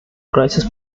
crisis